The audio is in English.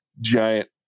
giant